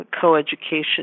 coeducation